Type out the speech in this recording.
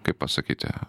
kaip pasakyti